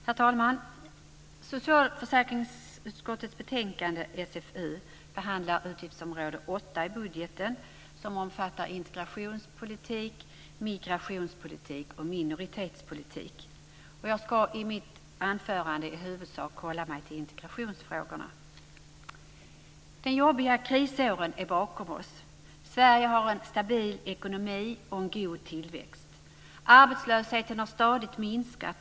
Herr talman! Socialförsäkringsutskottets betänkande SfU2 behandlar utgiftsområde 8 i budgeten. Det omfattar integrationspolitik, migrationspolitik och minoritetspolitik. Jag ska i mitt anförande i huvudsak hålla mig till integrationsfrågorna. De jobbiga krisåren ligger bakom oss. Sverige har en stabil ekonomi och en god tillväxt. Arbetslösheten har stadigt minskat.